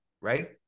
Right